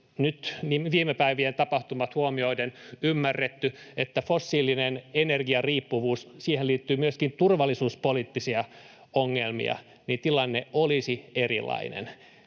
nyt viime päivien tapahtumat huomioiden ymmärretty, että fossiiliseen energiariippuvuuteen liittyy myöskin turvallisuuspoliittisia ongelmia, tilanne olisi erilainen.